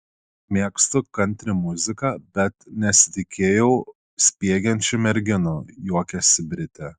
mėgstu kantri muziką bet nesitikėjau spiegiančių merginų juokiasi britė